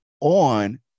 on